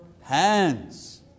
hands